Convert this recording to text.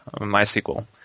MySQL